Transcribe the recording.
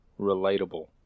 relatable